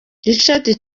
richard